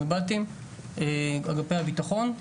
אגפי הבטחון,